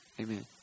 amen